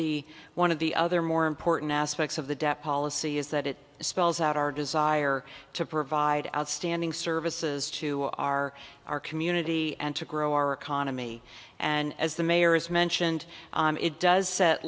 the one of the other more important aspects of the debt policy is that it spells out our desire to provide outstanding services to our our community and to grow our economy and as the mayor has mentioned it does set